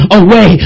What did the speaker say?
away